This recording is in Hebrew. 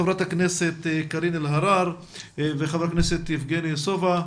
ח"כ קארין אלהרר ח"כ יבגני סובה,